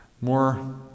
More